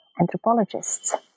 anthropologists